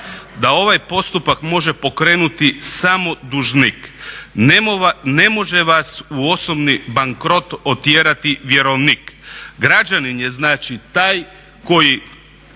da ovaj postupak može pokrenuti samo dužnik, ne može vas u osobni bankrot otjerati vjerovnik. Građanin je znači taj koji